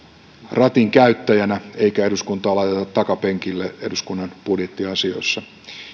ratin käyttäjänä eikä eduskuntaa laiteta takapenkille eduskunnan budjettiasioissa